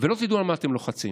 ולא תדעו על מה אתם לוחצים.